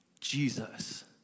Jesus